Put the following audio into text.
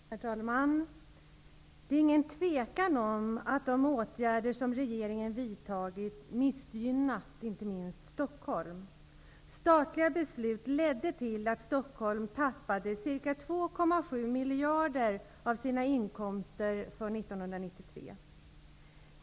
Herr talman! Det råder ingen tvekan om att de åtgärder som regeringen vidtagit missgynnat bl.a. Stockholm. Statliga beslut ledde till att Stockholm tappade cirka 2,7 miljarder av sina inkomster för 1993.